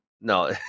no